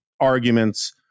arguments